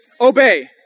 obey